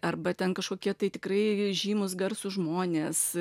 arba ten kažkokie tai tikrai žymūs garsūs žmonės